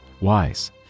wise